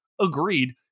agreed